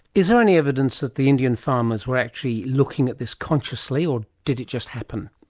is there any evidence that the indian farmers were actually looking at this consciously, or did it just happen?